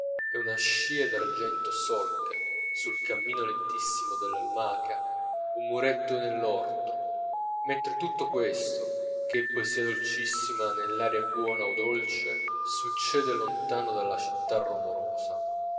e una scia d'argento solca sul cammino lentissimo della lumaca un muretto nell'orto mentre tutto questo ch'è poesia dolcissima nell'aria buona o dolce succede lontano dalla città romorosa